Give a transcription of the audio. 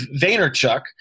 Vaynerchuk